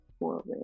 forward